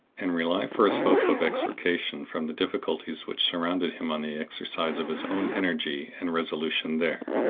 and rely for his hopes of extrication from the difficulties which surrounded him on the exercise of his own energy and resolution there.